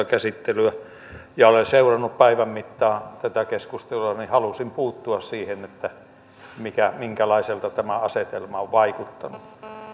käsittelyä olen seurannut päivän mittaan tätä keskustelua ja halusin puuttua siihen minkälaiselta tämä asetelma on vaikuttanut